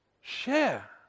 share